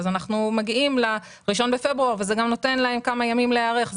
אנחנו מגיעים ל-1 בפברואר וזה גם נותן להם כמה ימים להיערך.